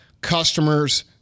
customers